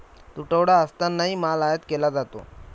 तुटवडा असतानाही माल आयात केला जातो